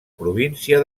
província